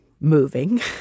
moving